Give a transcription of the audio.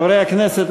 חברי הכנסת,